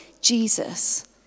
Jesus